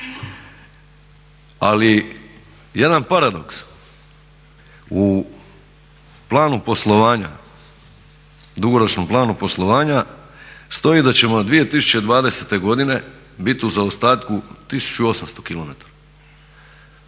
u planu poslovanja, dugoročnom planu poslovanja stoji da ćemo 2020.godine biti u zaostatku 1800 km.